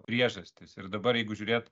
priežastys ir dabar jeigu žiūrėt